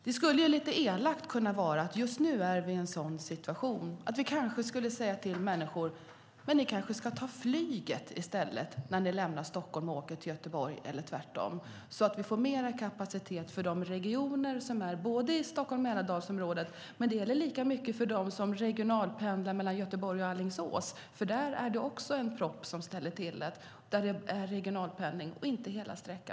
Lite elakt sagt skulle det kunna vara så att vi just nu är i en sådan situation att vi ska säga till människor: Ni kanske ska ta flyget i stället när ni lämnar Stockholm och åker till Göteborg eller tvärtom, så att vi får mer kapacitet för regionen Stockholm och Mälardalsområdet. Men det gäller lika mycket för dem som regionalpendlar mellan Göteborg och Alingsås, för där är det också en propp som ställer till det.